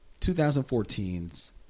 2014's